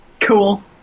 Cool